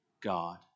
God